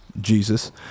jesus